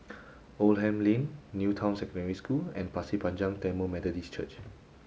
Oldham Lane New Town Secondary School and Pasir Panjang Tamil Methodist Church